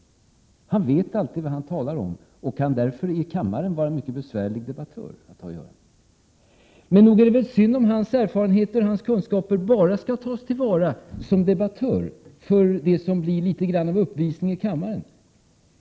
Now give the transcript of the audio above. Han vet alltid vad han talar om och kan därför i kammaren vara en mycket besvärlig debattör. Men nog är det synd om hans erfarenheter och kunskaper bara skall tas till vara i debatter, i det som är litet grand av uppvisning i kammaren.